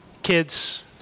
kids